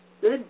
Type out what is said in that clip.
Good